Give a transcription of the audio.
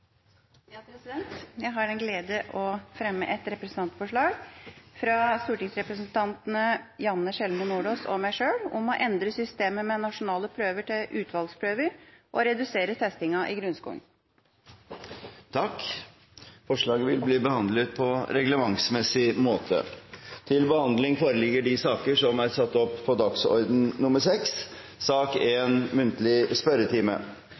Jeg har den glede å fremme et representantforslag fra stortingsrepresentanten Janne Sjelmo Nordås og meg sjøl om å endre systemet med nasjonale prøver til utvalgsprøver og redusere testinga i grunnskolen. Forslaget vil bli behandlet på reglementsmessig måte. Stortinget mottok mandag meddelelse fra Statsministerens kontor om at statsrådene Jan Tore Sanner, Elisabeth Aspaker og Sylvi Listhaug vil møte til muntlig spørretime.